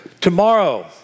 Tomorrow